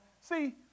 See